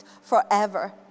forever